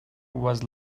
was